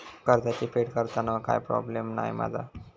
कर्जाची फेड करताना काय प्रोब्लेम नाय मा जा?